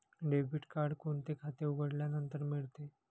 Debit card कोणते खाते उघडल्यानंतर मिळते?